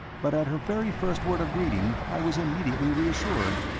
but at her very first word of greeting i was immediately reassured.